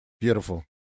Beautiful